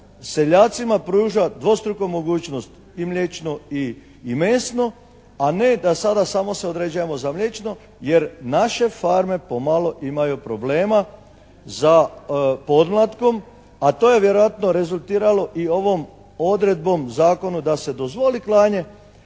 seljacima pruža dvostruku mogućnost, i mliječno i mesno, a ne da sada se samo određujemo za mliječno jer naše farme pomalo imaju problema za podmlatkom, a to je vjerojatno rezultiralo i ovom odredbom Zakona da se dozvoli klanje